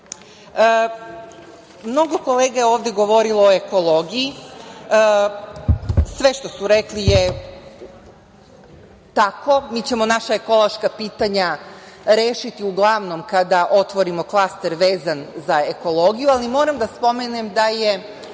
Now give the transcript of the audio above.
kolega je ovde govorilo o ekologiji. Sve što su rekli je tako. Mi ćemo naša ekološka pitanja rešiti uglavnom kada otvorimo klaster vezan za ekologiju. Ali, moram da spomenem da je